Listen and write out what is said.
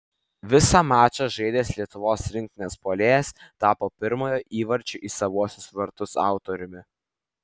visą mačą žaidęs lietuvos rinktinės puolėjas tapo pirmojo įvarčio į savuosius vartus autoriumi